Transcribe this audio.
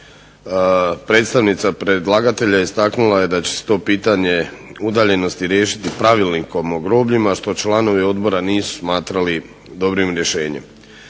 Predstavnica predlagatelja istaknula je da će se to pitanje udaljenosti riješiti pravilnikom o grobljima što članovi odbora nisu smatrali dobrim rješenjem.